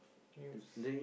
news